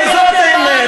הרי זאת האמת.